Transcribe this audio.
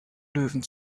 löwen